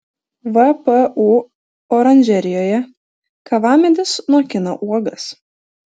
vpu oranžerijoje kavamedis nokina uogas